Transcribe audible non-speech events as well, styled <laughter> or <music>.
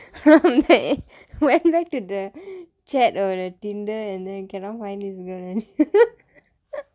<laughs> then after that went back to the chat or the Tinder then cannot find this girl